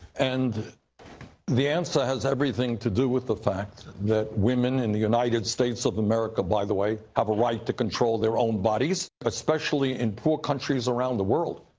and the answer has everything to do with the fact that women in the united states of america by the way have a right to control their own bodies. especially in poor countries around the world.